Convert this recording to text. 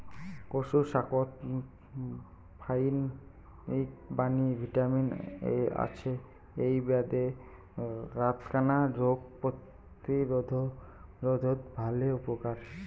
কচু শাকত ফাইকবাণী ভিটামিন এ আছে এ্যাই বাদে রাতকানা রোগ প্রতিরোধত ভালে উপকার